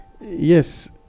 yes